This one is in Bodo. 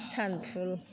सान फुल